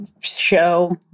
Show